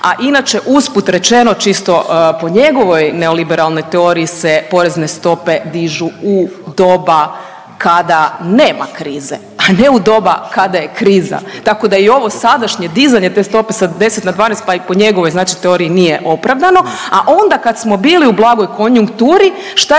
a inače, usput rečeno, čisto po njegovoj neoliberalnoj teoriji se porezne stope dižu u doba kada nema krize, a ne u doba kada je kriza, tako da i ovo sadašnje dizanje te stope sa 10 na 12, pa i po njegovoj znači teoriji nije opravdano, a onda kad smo bili u blagoj konjunkturi, šta je